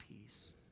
peace